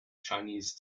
chinese